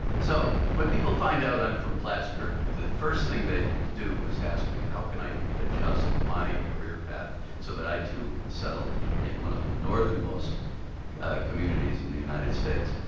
so when people find out i'm from plattsburgh the first they do is ask me, how can i adjust my career path so that i too can settle in one of the northernmost communities in the united states?